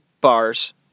bars